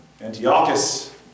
Antiochus